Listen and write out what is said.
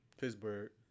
Pittsburgh